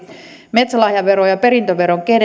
metsälahjaveron ja perintöveron